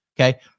okay